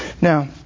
Now